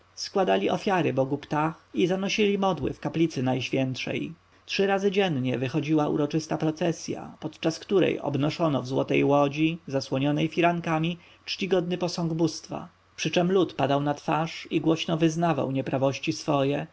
składali ofiary bogu ptah i zanosili modły w kaplicy najświętszej trzy razy dziennie wychodziła uroczysta procesja podczas której obnoszono w złotej łodzi zasłoniętej firankami czcigodny posąg bóstwa przyczem lud padał na twarz i głośno wyznawał nieprawości swoje